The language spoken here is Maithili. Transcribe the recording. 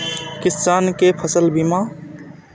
किसान कै फसल बीमा?